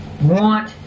want